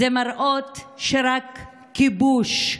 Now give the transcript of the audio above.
אלה מראות שרק כיבוש,